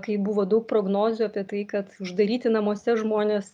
kai buvo daug prognozių apie tai kad uždaryti namuose žmonės